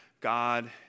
God